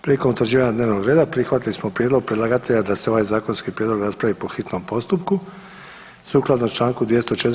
Prilikom utvrđivanja dnevnog reda prihvatili smo prijedlog predlagatelja da se ovaj zakonski prijedlog raspravi po hitnom postupku sukladno članku 204.